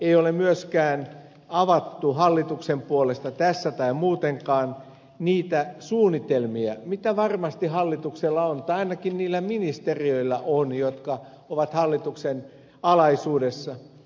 ei ole myöskään avattu hallituksen puolesta tässä tai muutenkaan niitä suunnitelmia tulevaisuuteen mitä hallituksella varmasti on tai ainakin niillä ministeriöillä on jotka ovat hallituksen alaisuudessa